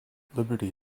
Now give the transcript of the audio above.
liberty